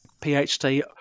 PhD